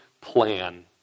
plan